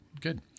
Good